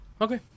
Okay